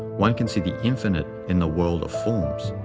one can see the infinite in the world of forms.